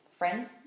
friends